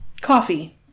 coffee